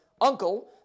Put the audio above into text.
uncle